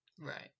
Right